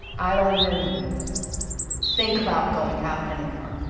i don't even think about going out anymore.